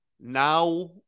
now –